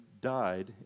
died